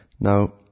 Now